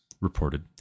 reported